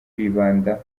kwibanda